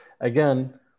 again